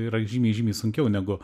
yra žymiai žymiai sunkiau negu